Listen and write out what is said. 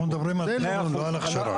אנחנו מדברים על תכנון, לא על הכשרה.